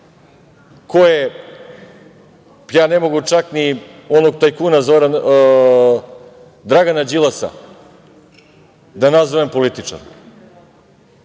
ko je, ja ne mogu čak i onog tajkuna Dragana Đilasa da nazovem političarem.